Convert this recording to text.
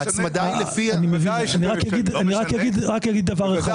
ההצמדה היא לפי --- אני רק אגיד דבר אחד.